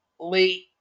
late